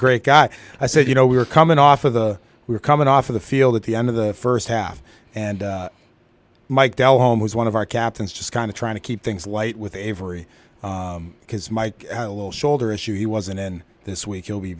great guy i said you know we were coming off of the we're coming off the field at the end of the first half and mike bell home was one of our captains just kind of trying to keep things light with avery because mike had a little shoulder issue he wasn't in this week you'll be